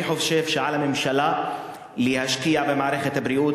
אני חושב שעל הממשלה להשקיע במערכת הבריאות,